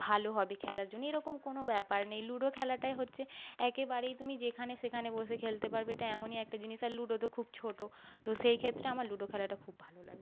ভালো হবে খেলার জন্য এরকম কোনো ব্যাপার নেই লুডো খেলাটাই হচ্ছে একেবারেই তুমি যেখানে সেখানে বসে খেলতে পারবে এটা এমনই একটা জিনিস আর লুডো তো খুব ছোটো তো সেই ক্ষেত্রে আমার লুডো খেলাটা খুব ভালো লাগে